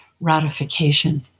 ratification